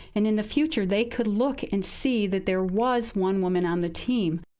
and in the future, they could look and see that there was one woman on the team.